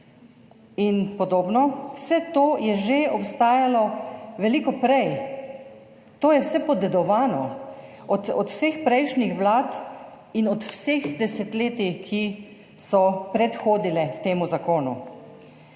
in podobno. Vse to je že obstajalo veliko prej. To je vse podedovano od vseh prejšnjih vlad in od vseh desetletij, ki so pred hodile temu zakonu.